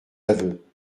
aveux